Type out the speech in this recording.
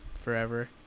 Forever